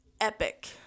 epic